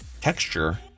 texture